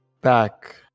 back